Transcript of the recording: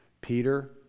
Peter